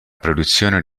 produzione